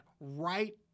right